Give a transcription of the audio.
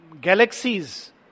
Galaxies